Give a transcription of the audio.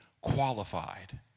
qualified